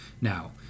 Now